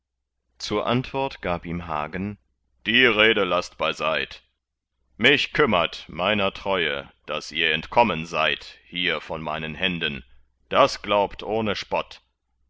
zur antwort gab ihm hagen die rede laßt beiseit mich kümmert meiner treue daß ihr entkommen seid hier von meinen händen das glaubt ohne spott